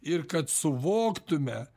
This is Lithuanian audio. ir kad suvoktume